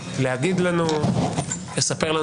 לספר על